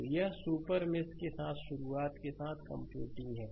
तो यह एक सुपर मेष के साथ शुरुआत के साथ कंप्यूटिंग है